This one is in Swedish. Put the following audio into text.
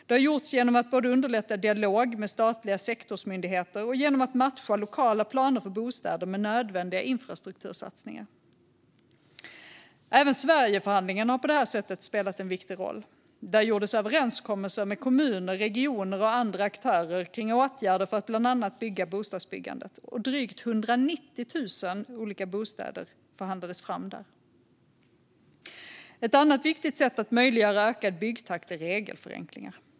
Det har gjorts både genom att underlätta dialog med statliga sektorsmyndigheter och genom att matcha lokala planer för bostäder med nödvändiga infrastruktursatsningar. Även Sverigeförhandlingen har på det här sättet spelat en viktig roll. Där gjordes överenskommelser med kommuner, regioner och andra aktörer om åtgärder för bland annat bostadsbyggandet. Drygt 190 000 olika bostäder förhandlades fram där. Ett annat viktigt sätt att möjliggöra en ökad byggtakt är regelförenklingar.